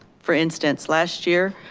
for instance, last year,